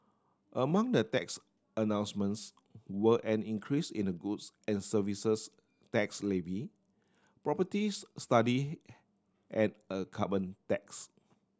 among the tax announcements were an increase in the goods and Services Tax levy properties study and a carbon tax